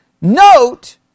Note